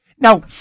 Now